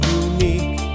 unique